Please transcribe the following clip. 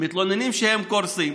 מתלוננים שהם קורסים.